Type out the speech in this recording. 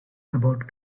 about